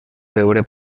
veure